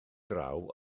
draw